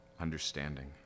understanding